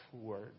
word